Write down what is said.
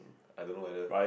I don't know whether